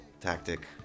tactic